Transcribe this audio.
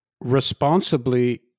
responsibly